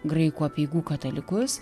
graikų apeigų katalikus